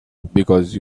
because